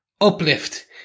uplift